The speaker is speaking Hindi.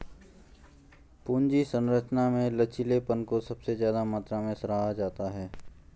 पूंजी संरचना में लचीलेपन को सबसे ज्यादा मात्रा में सराहा जाता है